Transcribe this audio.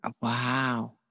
Wow